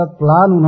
plan